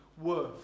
worth